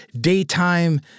daytime